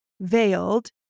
veiled